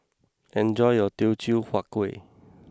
enjoy your Teochew Huat Kuih